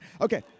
Okay